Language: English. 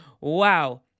Wow